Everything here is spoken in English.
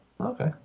Okay